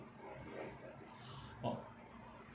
oh